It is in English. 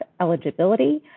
eligibility